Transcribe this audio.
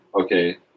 okay